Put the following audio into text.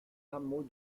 hameau